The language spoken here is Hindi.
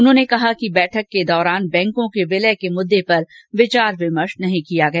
उन्होंने कहा कि बैठक के दौरान बैंकों के विलय के मुद्दे पर विचार विमर्श नहीं किया गया